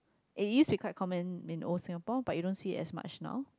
it used to be common in old Singapore but you don't see it as much now